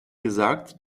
gesagt